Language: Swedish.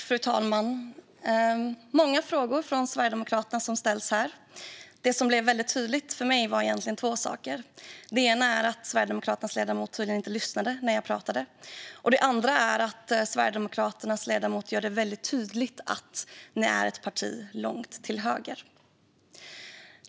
Fru talman! Det ställs många frågor från Sverigedemokraterna här. Det som blev väldigt tydligt för mig var egentligen två saker. Det ena är att Sverigedemokraternas ledamot tydligen inte lyssnade när jag pratade. Det andra är att Sverigedemokraternas ledamot gör det väldigt tydligt att ni är ett parti långt till höger.